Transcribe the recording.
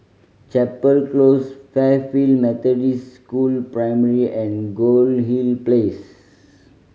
Chapel Close Fairfield Methodist School Primary and Goldhill Place